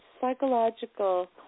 psychological